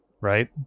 Right